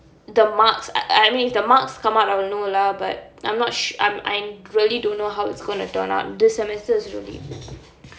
the marks I mean if the marks come out I will know lah but I'm not sure I I really don't know how it's gonna turn out this semester is gonna be